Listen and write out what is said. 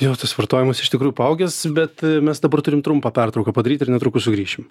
jo tas vartojimas iš tikrųjų paaugęs bet mes dabar turim trumpą pertrauką padaryt ir netrukus sugrįšim